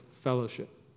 fellowship